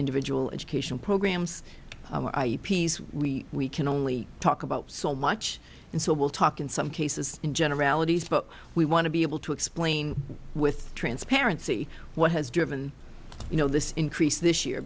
individual education programs we we can only talk about so much and so we'll talk in some cases in generalities but we want to be able to explain with transparency what has driven you know this increase this year